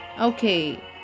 okay